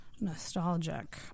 Nostalgic